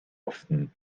often